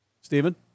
Stephen